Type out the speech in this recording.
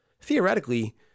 Theoretically